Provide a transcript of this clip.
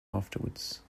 afterwards